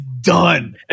done